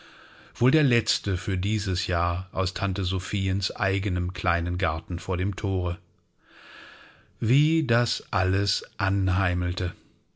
wohl der letzte für dieses jahr aus tante sophiens eigenem kleinen garten vor dem thore wie das alles